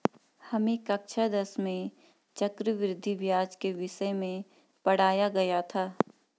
हमें कक्षा दस में चक्रवृद्धि ब्याज के विषय में पढ़ाया गया था